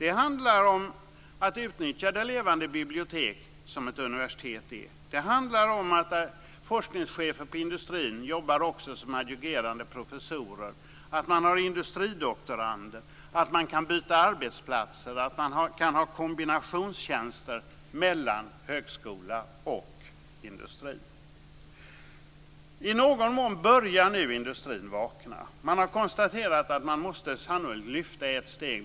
Det handlar om att utnyttja det levande bibliotek som ett universitet är. Det handlar om att forskningscheferna i industrin också jobbar som adjungerade professorer, att man har industridoktorander, att man kan byta arbetsplatser, att man kan ha kombinationstjänster mellan högskola och industri. I någon mån börjar nu industrin vakna. Man har konstaterat att man sannolikt måste lyfta ett steg.